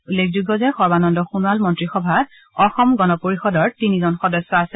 উল্লেখযোগ্য যে সৰ্বানন্দ সোণোৱাল মন্ত্ৰীসভাত অসম গণ পৰিষদৰ তিনিজন সদস্য আছে